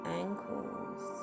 ankles